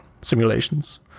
simulations